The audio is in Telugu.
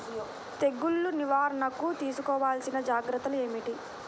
తెగులు నివారణకు తీసుకోవలసిన జాగ్రత్తలు ఏమిటీ?